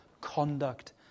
conduct